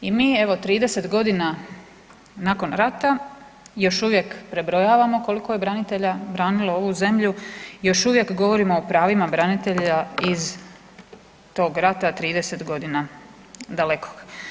I mi evo 30 godina nakon rata još uvijek prebrojavamo koliko je branitelja branilo ovu zemlju, još uvijek govorimo o pravima branitelja iz tog rata 30 godina dalekog.